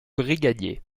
brigadier